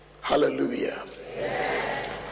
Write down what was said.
Hallelujah